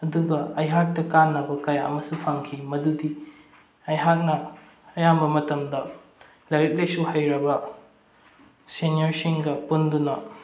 ꯑꯗꯨꯒ ꯑꯩꯍꯥꯛꯇ ꯀꯥꯟꯅꯕ ꯀꯌꯥ ꯑꯃꯁꯨ ꯐꯪꯈꯤ ꯃꯗꯨꯗꯤ ꯑꯩꯍꯥꯛꯅ ꯑꯌꯥꯝꯕ ꯃꯇꯝꯗ ꯂꯥꯏꯔꯤꯛ ꯂꯥꯏꯁꯨ ꯍꯩꯔꯕ ꯁꯦꯅꯤꯌꯔꯁꯤꯡꯒ ꯄꯨꯟꯗꯨꯅ